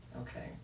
Okay